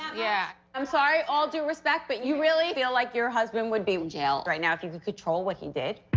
yeah. i'm sorry, all due respect, but you really feel like your husband would be in jail right now if you could control what he did?